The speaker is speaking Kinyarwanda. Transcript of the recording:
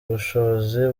ubushobozi